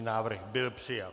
Návrh byl přijat.